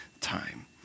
time